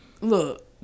look